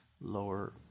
lower